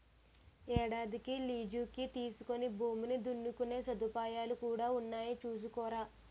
ఏడాదికి లీజుకి తీసుకుని భూమిని దున్నుకునే సదుపాయాలు కూడా ఉన్నాయి చూసుకోరా